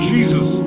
Jesus